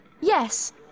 Yes